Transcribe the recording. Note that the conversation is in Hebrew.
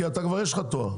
כי לך יש כבר תואר.